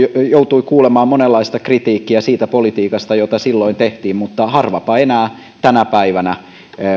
joutui kuulemaan monenlaista kritiikkiä siitä politiikasta jota silloin tehtiin mutta harvapa enää tänä päivänä